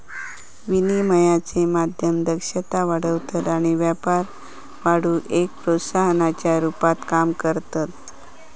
विनिमयाचे माध्यम दक्षता वाढवतत आणि व्यापार वाढवुक एक प्रोत्साहनाच्या रुपात काम करता